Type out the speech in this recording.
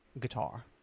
guitar